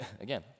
again